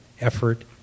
effort